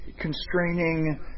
constraining